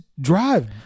drive